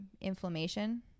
inflammation